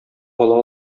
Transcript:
ала